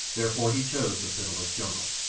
therefore he chose the pitiless jungle.